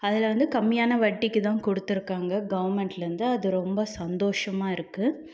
அதில் வந்து கம்மியான வட்டிக்கு தான் கொடுத்துருக்காங்க கவர்மெண்ட்லேருந்து அது ரொம்ப சந்தோஷமாக இருக்குது